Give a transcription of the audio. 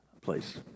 place